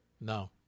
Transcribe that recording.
No